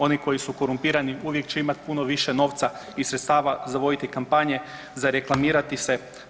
Oni koji su korumpirani uvijek će imati puno više novca i sredstava za voditi kampanje, za reklamirati se.